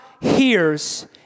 hears